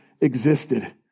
existed